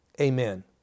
amen